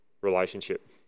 relationship